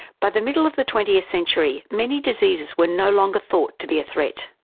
by the middle of the twentieth century, many diseases were no longer thought to be a threat.